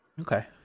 okay